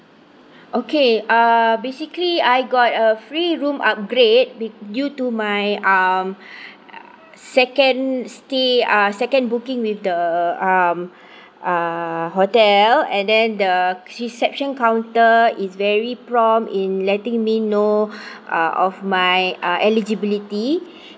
okay err basically I got a free room upgrade be~ due to my um second stay uh second booking with the um uh hotel and then the reception counter is very prompt in letting me know uh of my uh eligibility